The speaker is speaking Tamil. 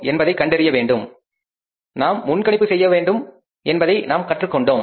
என்பதனை கண்டறிய வேண்டும் நாம் போர்காஸ்டிங் செய்யவேண்டும் என்பதை கற்றுக்கொண்டோம்